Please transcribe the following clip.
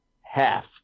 half